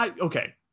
Okay